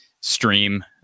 stream